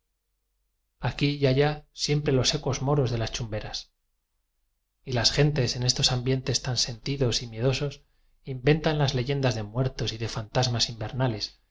aquí y allá siempre los ecos moros de n las chumberas y las gentes en estos ambientes tan sentidos y miedosos inventan las leyendas de muertos y de fantasmas in